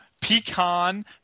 pecan